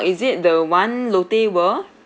is it the one Lotte World